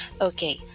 okay